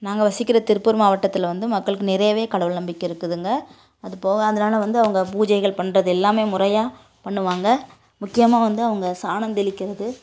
நாங்கள் வசிக்கிற திருப்பூர் மாவட்டத்தில் வந்து மக்களுக்கு நிறையவே கடவுள் நம்பிக்கை இருக்குதுங்க அதுபோக அதனால் வந்து அவங்க பூஜைகள் பண்ணுறது எல்லாமே முறையாக பண்ணுவாங்க முக்கியமாக வந்து அவங்க சாணம் தெளிக்கிறது